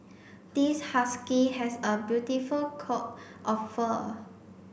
this husky has a beautiful coat of fur